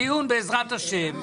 בדיון בעזרת השם,